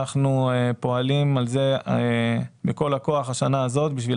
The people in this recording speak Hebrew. אנחנו פועלים על זה בכל הכוח השנה הזאת בשביל